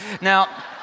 Now